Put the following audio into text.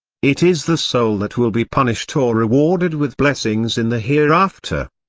it is the soul that will be punished or rewarded with blessings in the hereafter.